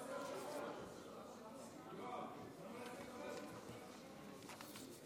בבקשה.